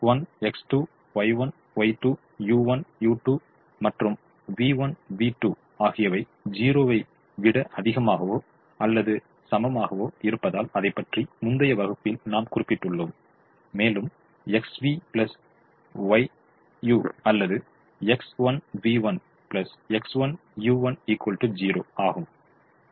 X's X1X2Y1Y2U1U2 மற்றும் V1V2 ஆகியவை 0 ஐ விட அதிகமாகவோ அல்லது சமமாகவோ இருப்பதால் அதைப்பற்றி முந்தைய வகுப்பில் நாம் குறிப்பிட்டுள்ளோம் மேலும் XV YU அல்லது XV YU 0 ஆகும்